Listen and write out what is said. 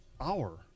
Hour